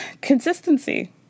consistency